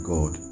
God